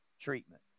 treatment